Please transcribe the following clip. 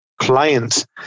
clients